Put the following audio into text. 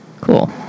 Cool